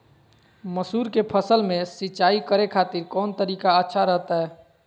मसूर के फसल में सिंचाई करे खातिर कौन तरीका अच्छा रहतय?